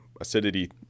acidity